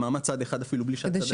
אפילו במעמד צד אחד בלי שהצד השני יודע.